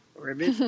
ribbit